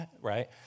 Right